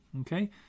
okay